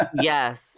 Yes